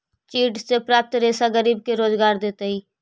चीड़ से प्राप्त रेशा गरीब के रोजगार देतइ